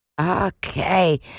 Okay